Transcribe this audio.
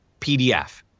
PDF